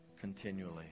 continually